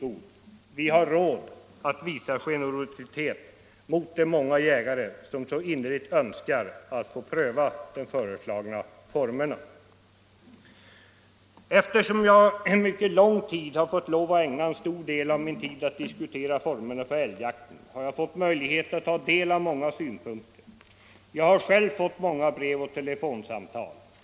Vi har råd att visa en generositet mot de många jägare som så innerligt önskar att få pröva de nu föreslagna formerna. Eftersom jag under en mycket lång period har fått lov att ägna en stor del av min tid åt att diskutera formerna för älgjakten, har jag fått möjlighet att ta del av många synpunkter. Jag har själv fått många brev och telefonsamtal.